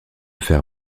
faire